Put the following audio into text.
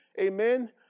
Amen